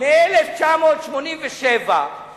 הרי מ-1987 זה